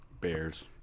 Bears